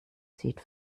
sieht